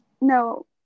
no